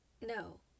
No